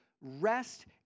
rest